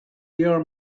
near